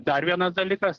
dar vienas dalykas